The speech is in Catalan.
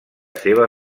seva